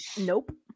Nope